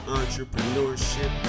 entrepreneurship